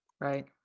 Right